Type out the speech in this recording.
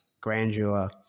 grandeur